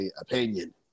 opinion